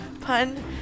pun